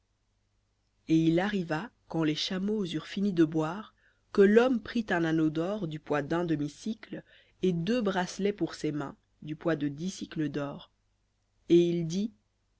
et il arriva quand les chameaux eurent fini de boire que l'homme prit un anneau d'or du poids d'un demi-sicle et deux bracelets pour ses mains du poids de dix dor et il dit